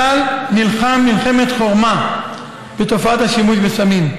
צה"ל נלחם מלחמת חורמה בתופעת השימוש בסמים.